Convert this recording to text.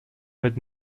mit